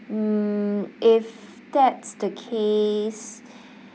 mm if that's the case